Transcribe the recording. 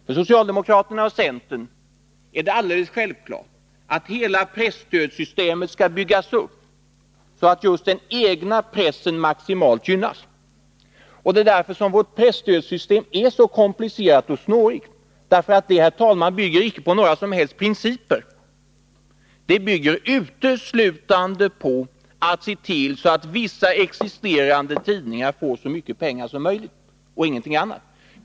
För socialdemokraterna och centern är det alldeles självklart att presstödssystemet skall byggas upp så att den egna pressen gynnas maximalt. Det är därför vårt presstödssystem är så komplicerat och snårigt, herr talman. Det bygger inte på några principer — det bygger på att se till att vissa existerande tidningar får så mycket pengar som möjligt.